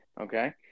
Okay